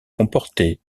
comportait